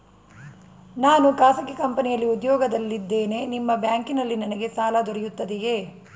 ನಾನು ಖಾಸಗಿ ಕಂಪನಿಯಲ್ಲಿ ಉದ್ಯೋಗದಲ್ಲಿ ಇದ್ದೇನೆ ನಿಮ್ಮ ಬ್ಯಾಂಕಿನಲ್ಲಿ ನನಗೆ ಸಾಲ ದೊರೆಯುತ್ತದೆಯೇ?